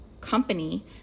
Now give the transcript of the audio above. company